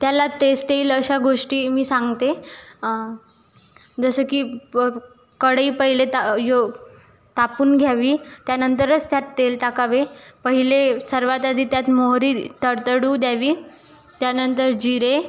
त्याला तेस्ट येईल अशा गोष्टी मी सांगते जसे की प कढई पहिले ता यो तापून घ्यावी त्यानंतरच त्यात तेल टाकावे पहिले सर्वात आधी त्यात मोहरी तडतडू द्यावी त्यानंतर जिरे